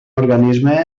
organisme